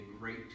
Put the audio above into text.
great